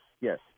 Yes